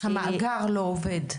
המאגר לא עובד.